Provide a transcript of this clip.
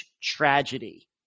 tragedy